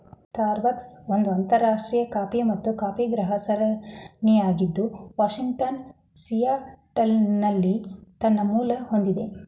Starbucks ಒಂದು ಅಂತರರಾಷ್ಟ್ರೀಯ coffee ಮತ್ತು ಕಾಫಿಗೃಹ ಸರಣಿಯಾಗಿದ್ದು ವಾಷಿಂಗ್ಟನ್ನ ಸಿಯಾಟಲ್ನಲ್ಲಿ ತನ್ನ ಮೂಲ ಹೊಂದಿದೆ